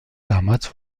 damals